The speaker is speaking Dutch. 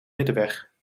middenweg